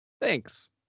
Thanks